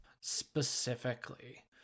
specifically